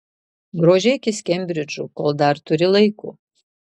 grožėkis kembridžu kol dar turi laiko